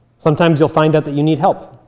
sometimes you'll find out that you need help.